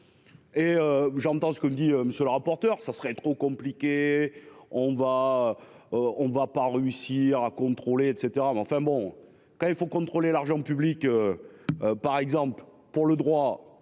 Et j'entends ce que me dit monsieur le rapporteur. Ça serait trop compliqué. On va. On ne va pas réussir à contrôler et cetera mais enfin bon quand il faut contrôler l'argent public. Par exemple pour le droit